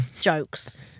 Jokes